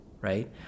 right